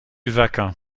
vacant